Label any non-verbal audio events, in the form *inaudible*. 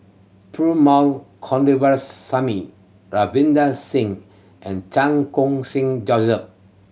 Perumal *unintelligible* Ravinder Singh and Chan Khun Sing *unintelligible*